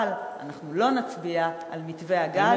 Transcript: אבל אנחנו לא נצביע על מתווה הגז.